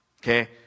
okay